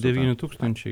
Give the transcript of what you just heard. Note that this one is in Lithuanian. devyni tūkstančiai